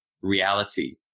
reality